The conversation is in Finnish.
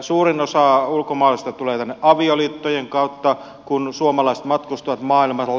suurin osa ulkomaalaisista tulee tänne avioliittojen kautta kun suomalaiset matkustavat maailmalla